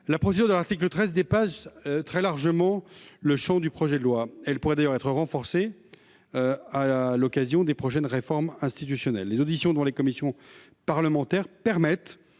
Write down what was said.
La procédure de l'article 13 dépasse très largement le champ du projet de loi. Elle pourrait d'ailleurs être renforcée à l'occasion des prochaines réformes institutionnelles. Par ailleurs, les auditions devant les commissions parlementaires permettent